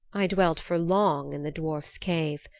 i dwelt for long in the dwarf's cave.